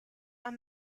are